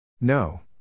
No